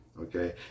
Okay